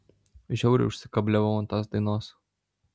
žiauriai užsikabliavau ant tos dainos